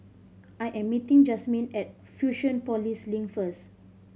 I am meeting Jazmin at Fusionopolis Link first